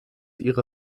ihre